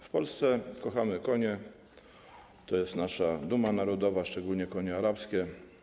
W Polsce kochamy konie - to jest nasza duma narodowa - szczególnie konie arabskie.